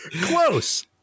Close